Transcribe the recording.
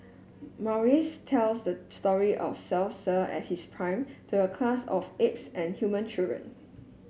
Maurice tells the story of at his prime to a class of apes and human children